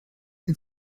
den